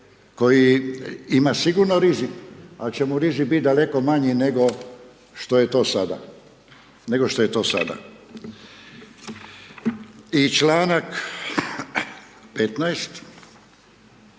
koji ima sigurno rizik, ali će mu rizik bit daleko manji nego što je to sada. I čl. 15